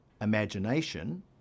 imagination